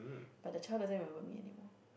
but the child doesn't remember me anymore